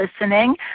listening